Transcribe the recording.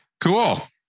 cool